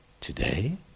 today